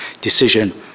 decision